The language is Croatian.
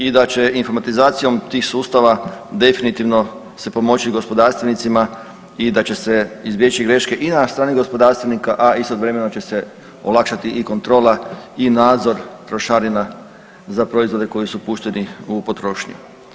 I da će informatizacijom tih sustava definitivno se pomoći gospodarstvenicima i da će se izbjeći greške i na strani gospodarstvenika, a istovremeno će se olakšati i kontrola i nadzor trošarina za proizvode koji su pušteni u potrošnju.